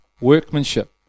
workmanship